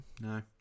no